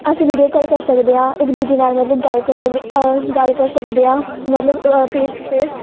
ਅਸੀਂ video call ਕਰ ਸਕਦੇ ਹਾਂ ਇੱਕ ਦੂਜੇ ਨਾਲ ਮਤਲਬ ਗੱਲ ਕਰ ਸਕਦੇ ਗੱਲ ਕਰ ਸਕਦੇ ਹਾਂ ਮਤਲਬ ਫੇਸ ਟੂ ਫੇਸ